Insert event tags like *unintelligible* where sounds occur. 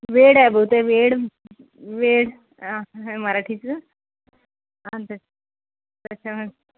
वेड आहे बुते वेड वेड मराठीचं *unintelligible*